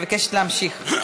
אני מבקשת להמשיך.